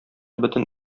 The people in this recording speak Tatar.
бөтен